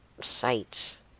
sites